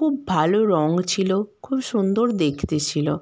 খুব ভালো রঙ ছিলো খুব সুন্দর দেখতে ছিলো